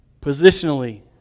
Positionally